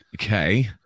Okay